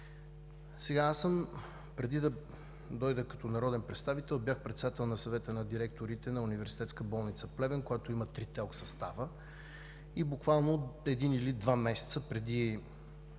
цели. Преди да дойда като народен представител, бях председател на Съвета на директорите на Университетска болница – Плевен, която има ТЕЛК състав. Буквално един или два месеца преди